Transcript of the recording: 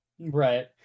right